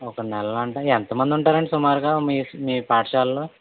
ఒక నెలలో అంటే ఎంత మంది ఉంటారండి సుమారుగా మీ మీ పాఠశాలలో